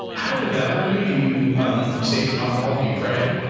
how devout are you? do you um abstain from alcohol? do you pray?